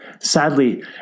Sadly